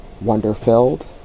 wonder-filled